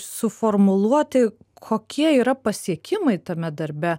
suformuluoti kokie yra pasiekimai tame darbe